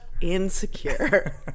insecure